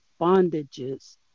bondages